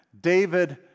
David